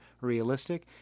realistic